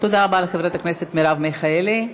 תודה לחברת הכנסת מרב מיכאלי.